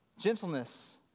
Gentleness